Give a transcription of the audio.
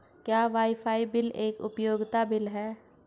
क्या WiFi bill एक उपयोगिता बिल है?